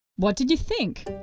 what did you think?